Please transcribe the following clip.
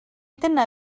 dyma